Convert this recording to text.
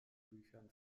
büchern